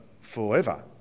forever